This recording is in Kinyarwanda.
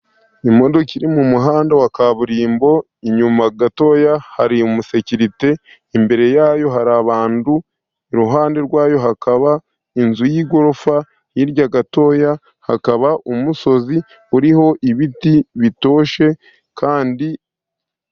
Imodoka iri mu muhanda wa kaburimbo, inyuma gato hari umusekerite, imbere yayo hari abantu, iruhande rwayo hakaba inzu y'igorofa, hirya gato hakaba umusozi uriho ibiti bitoshye kandi...